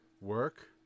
work